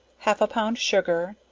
half a pound sugar,